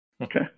Okay